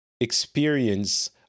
experience